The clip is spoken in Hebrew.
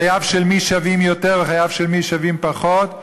חייו של מי שווים יותר וחייו של מי שווים פחות,